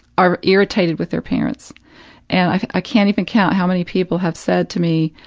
are irritated with their parents and i can't even count how many people have said to me,